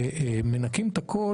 כשמנכים את הכול,